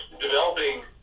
developing